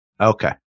Okay